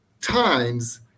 times